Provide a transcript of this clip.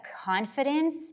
confidence